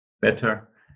better